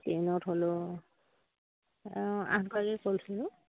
ট্ৰেইনত হ'লেও আঠগৰাকী কৈছিলোঁ